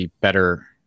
better